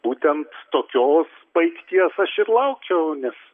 būtent tokios baigties aš ir laukiau nes